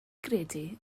gredu